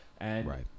Right